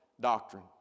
doctrine